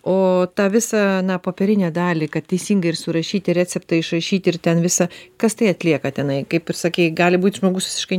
o ta visą na popierinę dalį kad teisingai ir surašyti receptai išrašyti ir ten visa kas tai atlieka tenai kaip ir sakei gali būti žmogus visiškai